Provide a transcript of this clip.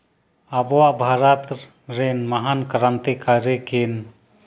ᱟᱵᱚᱣᱟᱜ ᱵᱷᱟᱨᱚᱛ ᱨᱮᱱ ᱢᱚᱦᱟᱱ ᱠᱨᱟᱱᱛᱤ ᱠᱟᱹᱨᱤ ᱠᱤᱱ